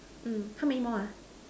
how many more